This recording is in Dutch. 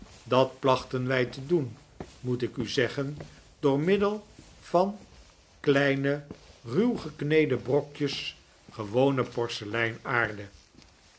dat plachten wij te doen moet ik u zeggen door middei van kleine ruw gekneede brokjes gewone